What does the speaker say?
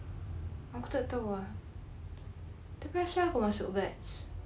I wanted to ask the question commercial debts